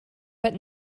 but